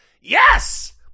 Yes